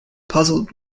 puzzled